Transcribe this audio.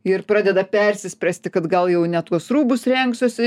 ir pradeda persispręsti kad gal jau ne tuos rūbus rengsiuosi